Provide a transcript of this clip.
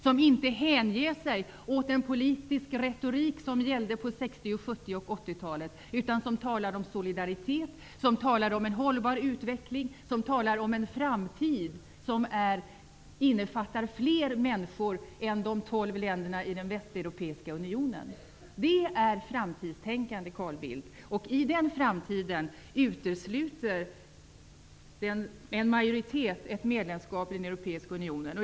Den ger sig inte hän åt den politiska retorik som gällde på, 60-, 70 och 80-talet, utan den talar om solidaritet, en hållbar utveckling och en framtid som innefattar fler människor än i de 12 länderna i den västeuropeiska unionen. Det är framtidstänkande, Carl Bildt. I den framtiden utesluter en majoritet ett medlemskap i den europeiska unionen.